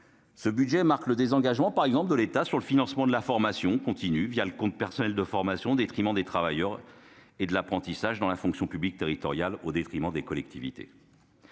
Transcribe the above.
Ce budget marque le désengagement de l'État sur le financement de la formation continue, le compte personnel de formation, au détriment des travailleurs, et sur le financement de l'apprentissage dans la fonction publique territoriale, au détriment des collectivités,